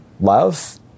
love